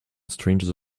strangers